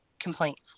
complaints